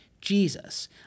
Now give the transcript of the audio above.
Jesus